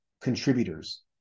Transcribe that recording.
contributors